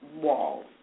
walls